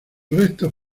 restos